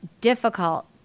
difficult